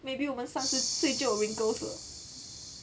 maybe 我们三十岁就有 wrinkles 了